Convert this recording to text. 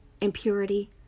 impurity